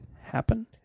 happen